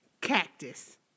Cactus